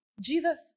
Jesus